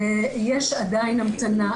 יש עדיין המתנה.